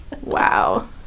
wow